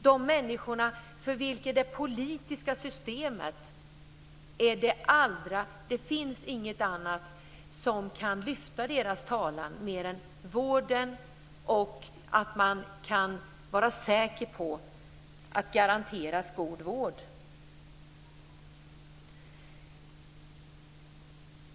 Det finns inget annat än det politiska systemet som kan föra deras talan, så att de kan vara säkra på att garanteras god vård.